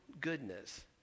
goodness